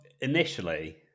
initially